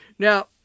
Now